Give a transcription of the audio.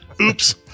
Oops